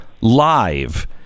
live